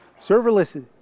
Serverless